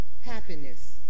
happiness